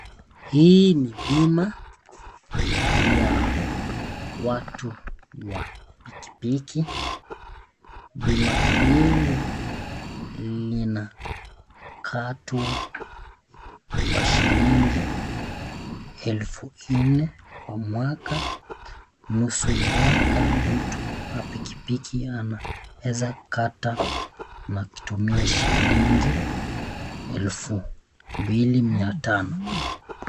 Hii ni bima ya watu wa pikipiki, bima hili linakatwa kwa shilingi elfu nne kwa mwaka mmoja, nusu mwaka mtu wa pikipiki anaweza kata akitumia shilingi elfu mbili mia tano.